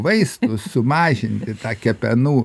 vaistų sumažinti tą kepenų